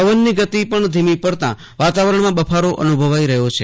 પવનની ગતિ પણ ધીમી પડતા વાતાવરણમાં બફારો અનુભવાઈ રહ્યો છે